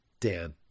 Dan